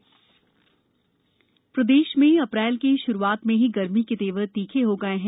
मौसम प्रदेश में अप्रैल माह की श्रूआत में ही गर्मी के तेवर तीखे हो गए हैं